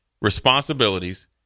responsibilities